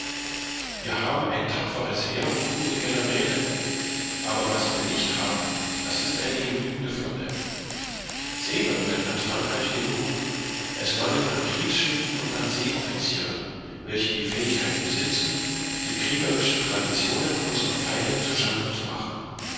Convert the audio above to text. wir haben ein tapferes heer und gute generale aber was wir nicht haben das ist eine genügende flotte seeleute hat frankreich genug aber es mangelt an kriegsschiffen und an seeoffizieren welche die fähigkeit besitzen die kriegerischen traditionen unserer feinde zu schanden zu machen